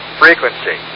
frequency